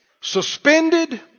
suspended